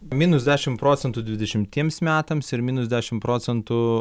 minus dešim procentų dvidešimtiems metams ir minus dešim procentų